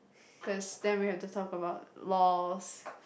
cause then we've to talk about laws